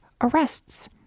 arrests